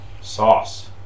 Sauce